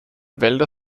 wälder